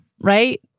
right